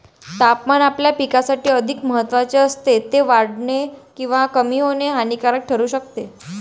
तापमान आपल्या पिकासाठी अधिक महत्त्वाचे असते, ते वाढणे किंवा कमी होणे हानिकारक ठरू शकते